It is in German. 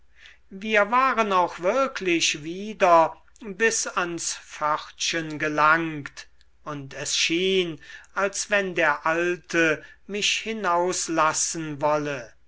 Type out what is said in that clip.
wir waren auch wirklich wieder bis ans pförtchen gelangt und es schien als wenn der alte mich hinauslassen wolle